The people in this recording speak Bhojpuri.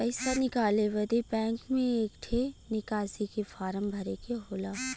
पइसा निकाले बदे बैंक मे एक ठे निकासी के फारम भरे के होला